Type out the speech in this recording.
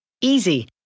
Easy